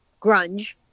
grunge